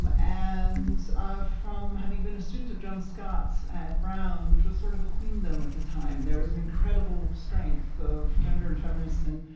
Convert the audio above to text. um and from having been a student of john scott's at brown which was sort of a queendom at the time, there was an incredible strength of gender and feminist and